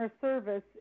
service